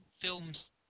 films